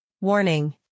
Warning